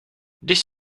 this